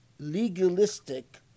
legalistic